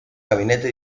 gabinete